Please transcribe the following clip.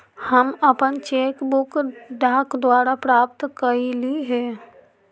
हम अपन cheque book डाक द्वारा प्राप्त कईली हे